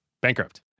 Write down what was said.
bankrupt